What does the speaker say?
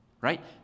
right